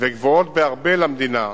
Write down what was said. וגבוהות בהרבה למדינה,